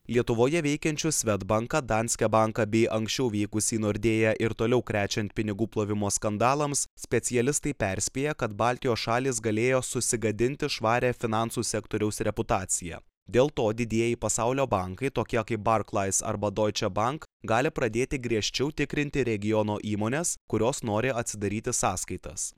lietuvoje veikiančius sved banką danske banką bei anksčiau veikusį nordea ir toliau krečiant pinigų plovimo skandalams specialistai perspėja kad baltijos šalys galėjo susigadinti švarią finansų sektoriaus reputaciją dėl to didieji pasaulio bankai tokie kaip barclays arba deutsche bank gali pradėti griežčiau tikrinti regiono įmones kurios nori atsidaryti sąskaitas